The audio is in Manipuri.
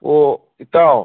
ꯑꯣ ꯏꯇꯥꯎ